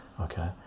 Okay